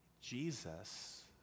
Jesus